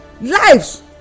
lives